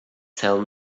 tell